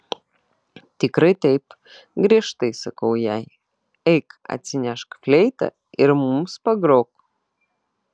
tikrai taip griežtai sakau jai eik atsinešk fleitą ir mums pagrok